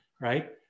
right